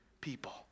people